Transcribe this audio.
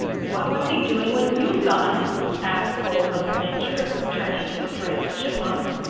what was he doing when you saw him? asked old mother nature, turning to striped chipmunk.